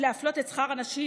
להפלות בשכר הנשים,